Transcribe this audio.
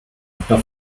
mutter